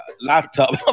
laptop